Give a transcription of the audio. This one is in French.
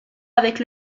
avec